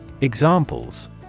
Examples